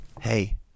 Hey